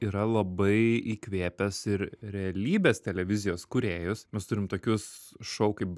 yra labai įkvėpęs ir realybės televizijos kūrėjus mes turim tokius šou kaip